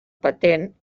patent